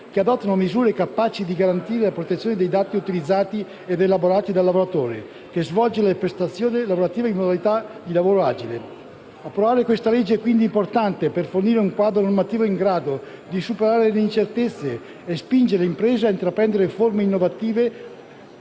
che adottano misure capaci di garantire la protezione dei dati utilizzati ed elaborati dai lavoratori che svolgono le prestazioni lavorative in modalità di lavoro agile. Approvare questo provvedimento quindi è importante per fornire un quadro normativo in grado di superare le incertezze e spingere le imprese a intraprendere forme innovative